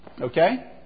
okay